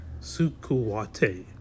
Sukuwate